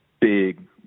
big